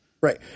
Right